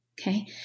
okay